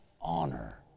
honor